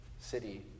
city